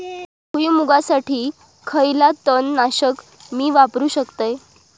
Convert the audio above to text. भुईमुगासाठी खयला तण नाशक मी वापरू शकतय?